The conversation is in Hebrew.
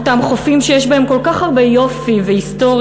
אותם חופים שיש בהם כל כך הרבה יופי והיסטוריה,